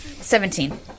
Seventeen